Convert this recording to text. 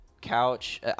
couch